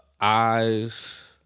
eyes